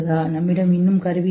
உங்களிடம் இன்னும் கருவிகள் இல்லை